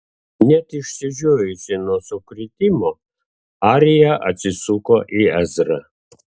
net išsižiojusi nuo sukrėtimo arija atsisuko į ezrą